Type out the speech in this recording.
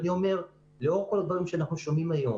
אני אומר, לאור כל הדברים שאנחנו שומעים היום